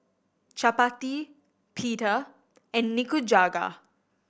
Chapati Pita and Nikujaga